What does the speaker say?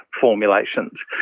formulations